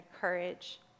courage